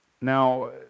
Now